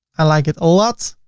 i like it a lot.